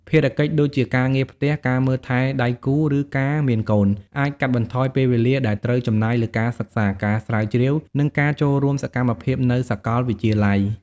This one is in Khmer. ភារកិច្ចដូចជាការងារផ្ទះ ការមើលថែដៃគូ ឬការមានកូន អាចកាត់បន្ថយពេលវេលាដែលត្រូវចំណាយលើការសិក្សា ការស្រាវជ្រាវ និងការចូលរួមសកម្មភាពនៅសកលវិទ្យាល័យ។